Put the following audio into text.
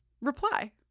reply